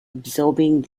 absorbing